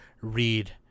read